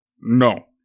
No